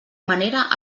manera